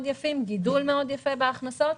גידול יפה מאוד בהכנסות.